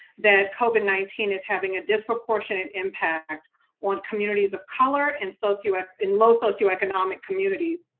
that covid nineteen is having a disproportionate impact on communities of color and so so and low socioeconomic communities,